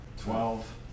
Twelve